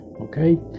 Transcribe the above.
okay